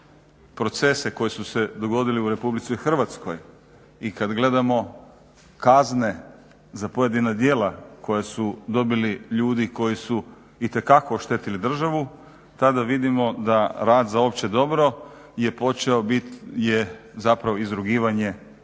procese koji su se dogodili u RH i kada gledamo kazne za pojedina djela koja su dobili ljudi koji su itekako oštetili državu tada vidimo da rad za opće dobro je počeo biti, je zapravo izrugivanje